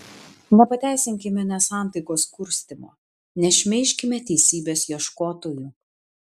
nepateisinkime nesantaikos kurstymo nešmeižkime teisybės ieškotojų